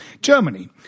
Germany